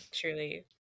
truly